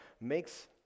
makes